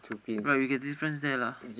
right we can difference there lah